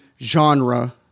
genre